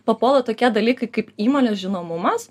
papuola tokie dalykai kaip įmonės žinomumas